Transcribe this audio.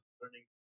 learning